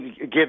give